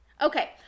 Okay